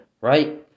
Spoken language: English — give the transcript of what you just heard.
Right